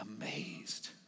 amazed